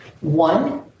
One